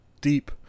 deep